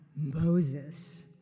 Moses